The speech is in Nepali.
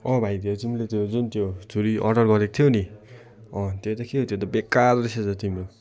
अँ भाइ त्यो तिमीले त्यो जुन त्यो छुरी अर्डर गरेको थियौ नि त्यो त के हो त्यो बेकार रहेछ त तिम्रो